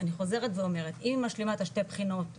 אני חוזרת ואומרת היא משלימה את השתי בחינות האלה,